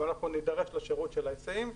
ואז נידרש לשירות ההיסעים.